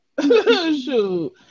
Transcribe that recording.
shoot